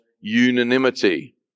unanimity